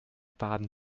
baden